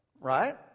right